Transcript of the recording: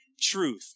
truth